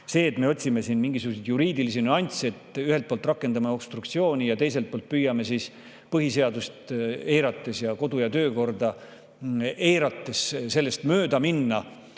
See, et me otsime siin mingisuguseid juriidilisi nüansse, ühelt poolt rakendame obstruktsiooni ja teiselt poolt püüame põhiseadust ning kodu‑ ja töökorda eirates sellest mööda minna,